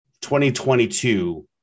2022